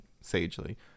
sagely